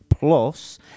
Plus